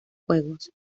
juegos